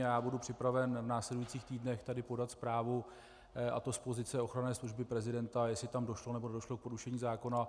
Já budu připraven v následujících týdnech tady podat zprávu, a to z pozice ochranné služby prezidenta, jestli tam došlo, nebo nedošlo k porušení zákona.